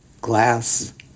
glass